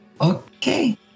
Okay